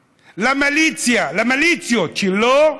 למיליציה, למיליציות שלו,